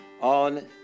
on